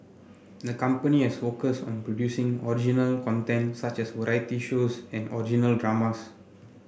the company has focused on producing original content such as variety shows and original dramas